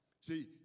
See